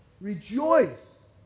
Rejoice